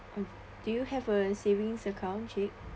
mm do you have a savings account jake